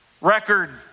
record